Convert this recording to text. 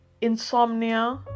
insomnia